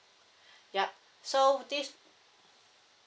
yup so this